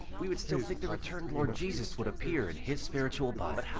we would still think the returned lord jesus would appear in his spiritual body.